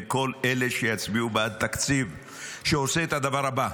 לכל אלה שיצביעו בעד תקציב שעושה את הדבר הבא,